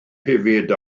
hefyd